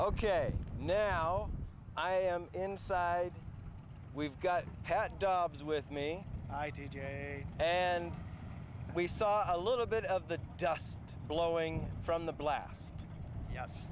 ok now i am inside we've got pat dobbs with me i t j and we saw a little bit of the dust blowing from the blast yes